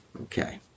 Okay